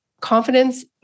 confidence